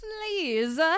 please